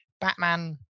Batman